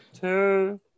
two